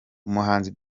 umuhanzi